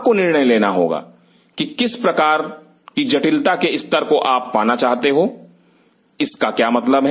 आपको निर्णय लेना होगा कि किस जटिलता के स्तर को आप पाना चाहते हो इसका क्या मतलब है